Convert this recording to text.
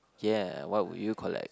yeah what would you collect